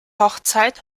hochzeit